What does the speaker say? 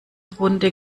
runde